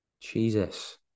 Jesus